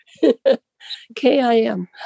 K-I-M